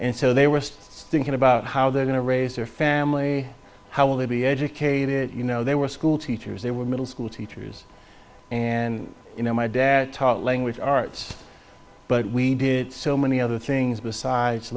and so they were thinking about how they're going to raise their family how will they be educated you know they were schoolteachers they were middle school teachers and you know my dad taught language arts but we did so many other things besides